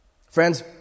Friends